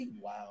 Wow